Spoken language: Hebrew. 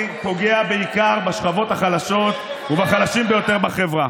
פוגעת בעיקר בשכבות החלשות ובחלשים ביותר בחברה.